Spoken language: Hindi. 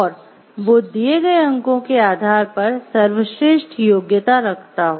और वो दिए गए अंकों के आधार पर सर्वश्रेष्ठ योग्यता रखता हो